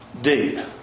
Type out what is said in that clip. deep